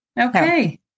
Okay